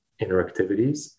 interactivities